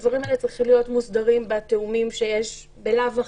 הדברים האלה צריכים להיות מוסדרים בתיאומים שיש בלאו הכי,